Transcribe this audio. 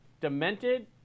demented